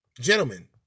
Gentlemen